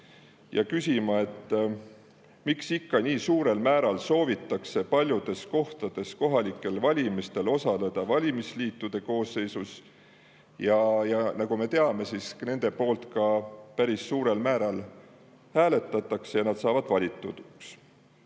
ja küsima, miks nii suurel määral soovitakse paljudes kohtades kohalikel valimistel osaleda valimisliitude koosseisus. Nagu me teame, nende poolt päris suurel määral hääletatakse ja nad saavad valituks.